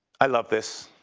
i love this.